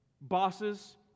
Bosses